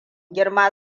girma